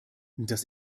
das